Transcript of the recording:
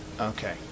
Okay